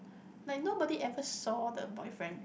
like nobody ever saw the boyfriend